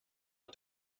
att